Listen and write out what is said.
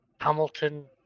Hamilton